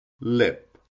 lip